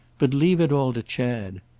but leave it all to chad.